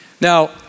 Now